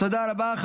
תודה רבה.